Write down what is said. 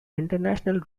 international